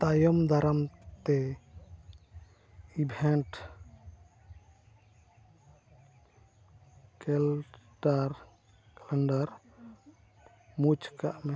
ᱛᱟᱭᱚᱢ ᱫᱟᱨᱟᱢᱛᱮ event calendar ᱢᱩᱪᱷᱟᱹᱣ ᱠᱟᱜ ᱢᱮ